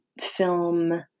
film